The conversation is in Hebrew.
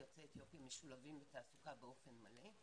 יוצאי אתיופיה משולבים בתעסוקה באופן מלא,